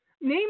Name